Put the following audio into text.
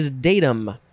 datum